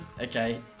Okay